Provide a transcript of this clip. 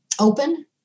open